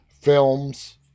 films